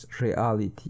reality